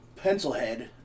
Pencilhead